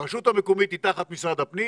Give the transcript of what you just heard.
הרשות המקומית היא תחת משרד הפנים